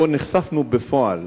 ונחשפנו בו בפועל